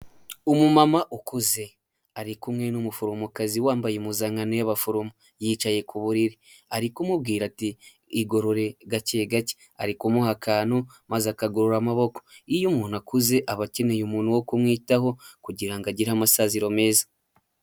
Umumama ukuze ari kumwe n'umuforomokazi wambaye impuzankano y'abaforomo yicaye ku buriri arimubwira ati igorore gake gake ari kumuha akantu maze akagorora amaboko iyo umuntu akuze aba akeneye umuntu wo kumwitaho kugira ngo agire amasaziro meza.